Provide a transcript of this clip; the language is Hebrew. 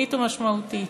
חיונית ומשמעותית: